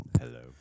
Hello